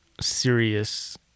serious